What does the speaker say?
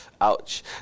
Ouch